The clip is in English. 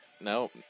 No